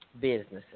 businesses